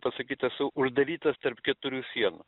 pasakyt esu uždarytas tarp keturių sienų